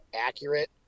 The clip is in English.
accurate